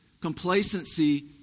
complacency